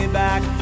back